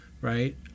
right